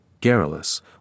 garrulous